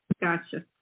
Gotcha